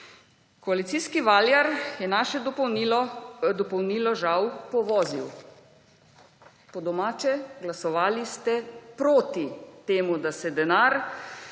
Koalicijski valjar je naše dopolnilo žal povozil. Po domače, glasovali ste proti temu, da se denar